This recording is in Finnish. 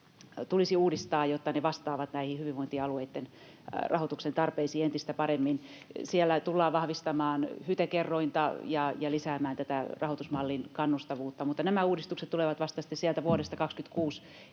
tulisi uudistaa, jotta ne vastaavat näihin hyvinvointialueitten rahoituksen tarpeisiin entistä paremmin. Siellä tullaan vahvistamaan HYTE-kerrointa ja lisäämään tätä rahoitusmallin kannustavuutta, mutta nämä uudistukset tulevat vasta sitten vuodesta 26